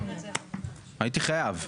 הייתי חייב.